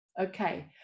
Okay